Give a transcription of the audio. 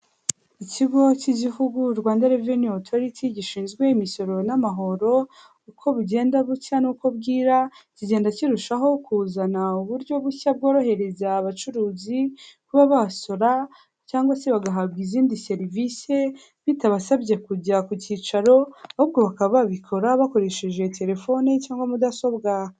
Ikigo cy'igihugu Rwanda Revenue Autority, gishinzwe imisoro n'amahoro, uko bugenda bucya n'uko bwira kigenda kirushaho kuzana uburyo bushya bworohereza abacuruzi kuba basora cyangwa se bagahabwa izindi serivisi bitabasabye kujya ku cyicaro, ahubwo bakaba babikora bakoresheje telefoni cyangwa mudasobwa.